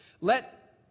Let